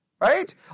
Right